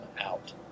out